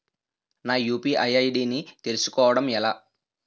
నా UPI ID ని తెలుసుకోవడం ఎలా?